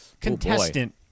contestant